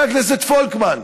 חבר הכנסת פולקמן,